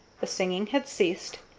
the singing had ceased,